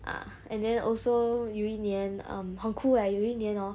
uh and then also 有一年 err 很 cool eh 有一年 hor